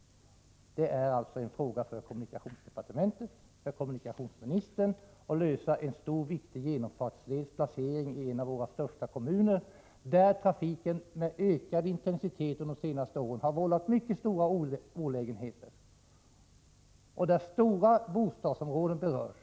Det ankommer på kommunikationsdepartementet och på kommunikationsministern att lösa frågan om en stor och viktig genomfartsleds sträckning genom en av våra största kommuner, där trafiken med en under de senaste åren ökad intensitet har vållat mycket stora olägenheter och där stora bostadsområden berörs.